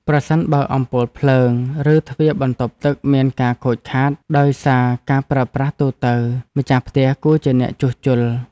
ប្រសិនបើអំពូលភ្លើង ឬទ្វារបន្ទប់ទឹកមានការខូចខាតដោយសារការប្រើប្រាស់ទូទៅ ម្ចាស់ផ្ទះគួរជាអ្នកជួសជុល។